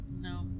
No